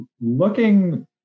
Looking